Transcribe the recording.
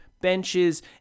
benches